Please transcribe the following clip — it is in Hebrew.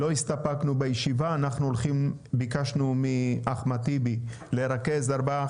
לא הסתפקנו בישיבה ואנחנו ביקשנו מאחמד טיבי לרכז ארבעה,